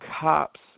cops